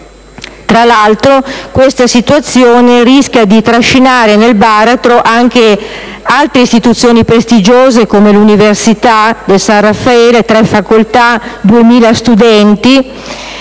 Tra l'altro, questa situazione rischia di trascinare nel baratro anche altre istituzioni prestigiose, come l'Università del San Raffaele (tre facoltà, 2.000 studenti)